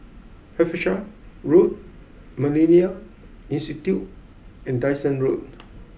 Hampshire Road Millennia Institute and Dyson Road